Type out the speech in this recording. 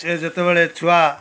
ସିଏ ଯେତେବେଳେ ଛୁଆ